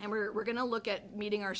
and we're going to look at meeting our